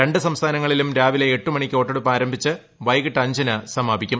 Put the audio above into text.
രണ്ടു സംസ്ഥാനങ്ങളിലും രാവിലെ എട്ട് മണിക്ക് വോട്ടെടുപ്പ് ആരംഭിച്ച് വൈകിട്ട് അഞ്ചിന് സമാപിക്കും